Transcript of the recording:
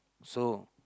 so